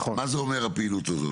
מה זה אומר, הפעילות הזאת?